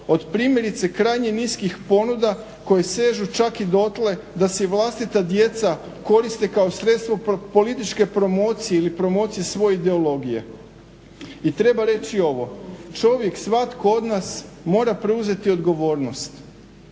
od primjerice krajnje niskih ponuda koji sežu čak i dotle da se i vlastita djeca koriste kao sredstvo političke promocije ili promocije svoje ideologije. I treba reći ovo, čovjek, svatko od nas mora preuzeti odgovornost